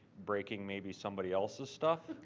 breaking, maybe, somebody else's stuff?